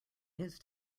his